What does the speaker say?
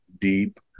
deep